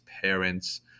parents